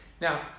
Now